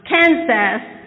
Kansas